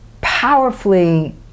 powerfully